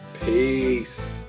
Peace